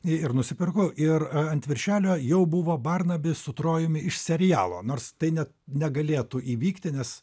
ir nusipirkau ir ant viršelio jau buvo barnabis su trojumi iš serialo nors tai net negalėtų įvykti nes